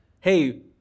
hey